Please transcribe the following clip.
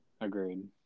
agreed